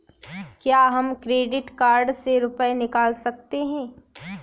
क्या हम credit card से रुपये निकाल सकते हैं?